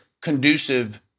conducive